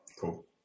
Cool